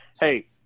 Hey